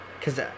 Cause